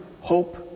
hope